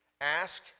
ask